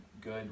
good